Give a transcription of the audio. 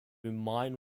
mine